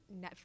Netflix